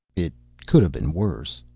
it could have been worse.